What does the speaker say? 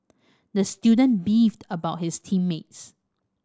the student beefed about his team mates